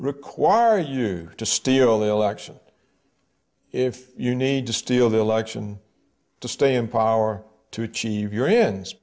require you to steal the election if you need to steal the election to stay in power to achieve your ends